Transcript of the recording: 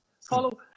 follow